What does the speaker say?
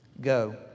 Go